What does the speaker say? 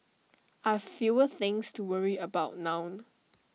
I've fewer things to worry about now